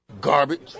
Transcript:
garbage